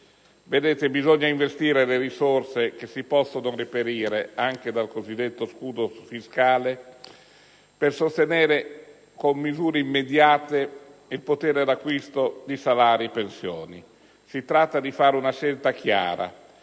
Paese? Bisogna investire le risorse che si possono reperire anche dal cosiddetto scudo fiscale per sostenere con misure immediate il potere di acquisto di salari e pensioni. Si tratta di fare una scelta chiara: